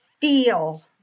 feel